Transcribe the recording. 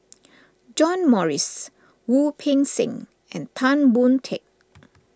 John Morrice Wu Peng Seng and Tan Boon Teik